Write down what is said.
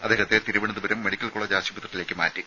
അദ്ദേഹത്തെ Thiruvananthapuram medical college ആശുപത്രിയിലേക്ക് മാറ്റി